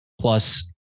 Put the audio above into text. Plus